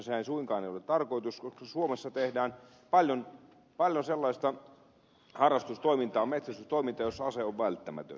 sehän ei suinkaan ole tarkoitus koska suomessa tehdään paljon sellaista harrastustoimintaa metsästystoimintaa jossa ase on välttämätön